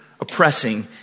oppressing